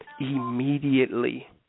Immediately